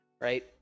right